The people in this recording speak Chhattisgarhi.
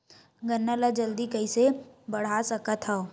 गन्ना ल जल्दी कइसे बढ़ा सकत हव?